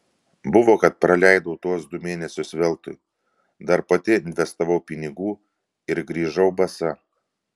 buvo kad praleidau tuos du mėnesius veltui dar pati investavau pinigų ir grįžau basa